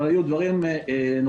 אבל היו דברים נוספים.